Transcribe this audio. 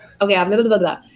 Okay